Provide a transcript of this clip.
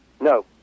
No